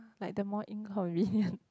like the more inconvenient